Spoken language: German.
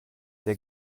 der